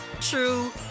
true